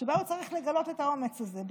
שבו הוא צריך לגלות את האומץ הזה,